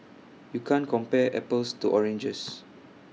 you can't compare apples to oranges